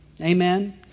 Amen